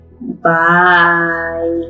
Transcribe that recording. Bye